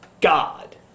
God